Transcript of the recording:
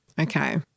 Okay